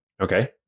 Okay